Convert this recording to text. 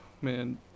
man